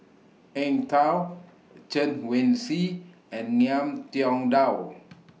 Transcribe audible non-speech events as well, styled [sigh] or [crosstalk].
Eng Tow Chen Wen Hsi and Ngiam Tong Dow [noise]